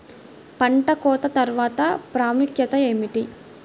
పంట కోత తర్వాత ప్రాముఖ్యత ఏమిటీ?